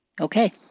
Okay